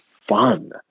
fun